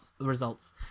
results